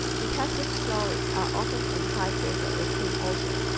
detective stories are often in high favor with him also.